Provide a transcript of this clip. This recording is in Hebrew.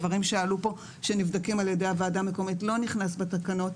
דברים שעלו פה שנבדקים על ידי הוועדה המקומית לא נכנסים בתקנות.